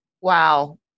Wow